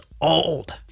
old